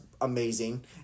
amazing